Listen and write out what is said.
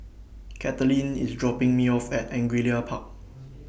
Kathaleen IS dropping Me off At Angullia Park